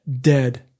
Dead